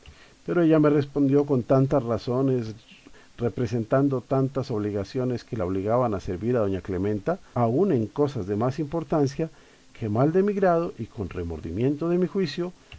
pero ella me respondió con tantas razones representando tantas obligaciones que la obligaban a servir a doña clementa aun en cosas de más importancia que mal de mi grado y con remordimiento de mi juicio